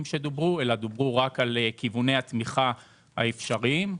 אלא דובר רק על כיווני התמיכה האפשריים.